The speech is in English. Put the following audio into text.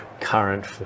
current